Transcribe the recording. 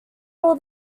all